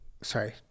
Sorry